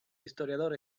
historiador